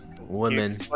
Women